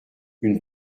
une